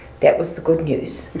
that was the good news.